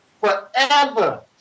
forever